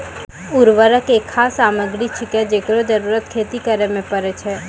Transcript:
उर्वरक एक खाद सामग्री छिकै, जेकरो जरूरत खेती करै म परै छै